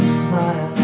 smile